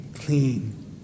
clean